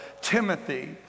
Timothy